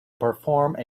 perform